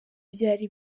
byari